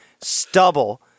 stubble